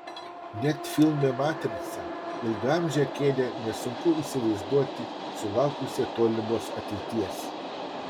net filme matrica ilgaamžę kėdę nesunku įsivaizduoti sulaukusią tolimos ateities